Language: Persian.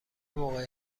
موقع